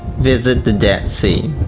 visit the dead sea.